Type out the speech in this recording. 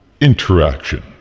interaction